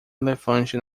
elefante